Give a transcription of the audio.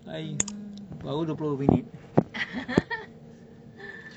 mm